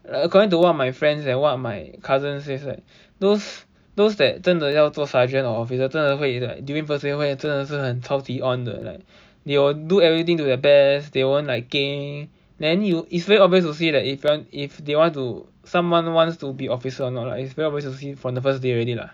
like according to one of my friends and what my cousins say is that those those that 真的要做 sergeant or officer 真的会一个 during first year 会真的很超级 on 的 they will do everything to their best they won't like geng then you is very obvious to see that if they if they want to if someone wants to be officer or not lah it's very obvious to see from the first day already lah